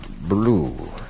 blue